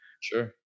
sure